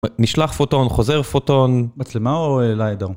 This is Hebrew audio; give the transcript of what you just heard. נשלח פוטון, חוזר פוטון, מצלמה או ליידר?